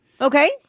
Okay